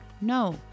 no